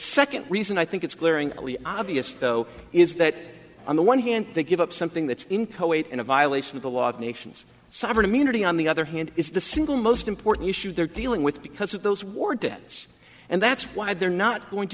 second reason i think it's clearing really obvious though is that on the one hand they give up something that's in coate in a violation of the law of nations sovereign immunity on the other hand is the single most important issue they're dealing with because of those war debts and that's why they're not going to